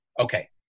Okay